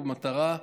המטרה היא